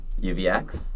UVX